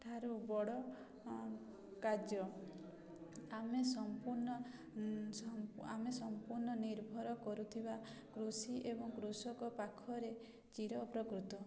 ଠାରୁ ବଡ଼ କାର୍ଯ୍ୟ ଆମେ ସମ୍ପୂର୍ଣ୍ଣ ଆମେ ସମ୍ପୂର୍ଣ୍ଣ ନିର୍ଭର କରୁଥିବା କୃଷି ଏବଂ କୃଷକ ପାଖରେ ଚିରଉପ୍ରକୃତ